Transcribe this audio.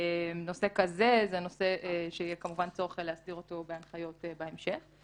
נושא כזה הוא נושא שיהיה כמובן צורך להסדיר אותו בהנחיות בהמשך.